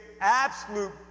absolute